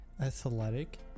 athletic